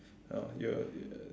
oh you you